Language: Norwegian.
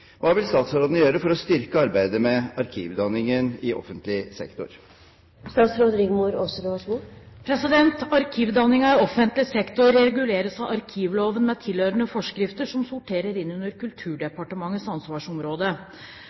Hva vil statsråden gjøre for å styrke arbeidet med arkivdanningen i offentlig sektor?» Arkivdanningen i offentlig sektor reguleres av arkivloven med tilhørende forskrifter, som sorterer inn under Kulturdepartementets ansvarsområde.